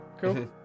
Cool